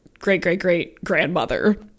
great-great-great-grandmother